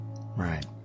Right